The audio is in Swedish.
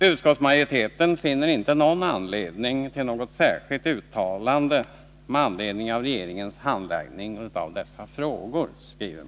Utskottsmajoriteten finner inte anledning till något särskilt uttalande med anledning av regeringens handläggning av dessa frågor.